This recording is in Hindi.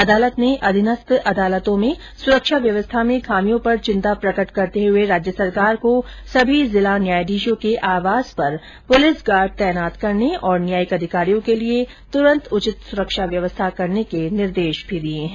अदालत ने अधीनस्थ न्यायालयों में सुरक्षा व्यवस्था में खामियों पर चिंता प्रकट करते हुए राज्य सरकार को सभी जिला न्यायाधीशों के आवास पर प्रलिस गार्ड तैनात करने और न्यायिक अधिकारियों के लिए तुरंत उचित सुरक्षा व्यवस्था करने के निर्देश भी दिए हैं